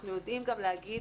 אנחנו יודעים גם להגיד,